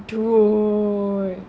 dude